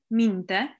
minte